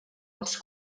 uns